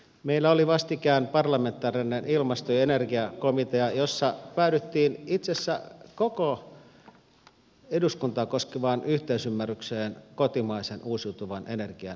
meillä oli vastikään parlamentaarinen ilmasto ja energiakomitea jossa päädyttiin itse asiassa koko eduskuntaa koskevaan yhteisymmärrykseen kotimaisen uusiutuvan energian lisäämisen tarpeesta